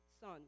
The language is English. son